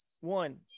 one